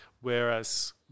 whereas